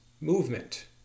movement